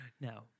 No